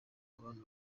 abantu